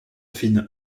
affine